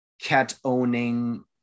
cat-owning